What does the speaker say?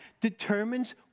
determines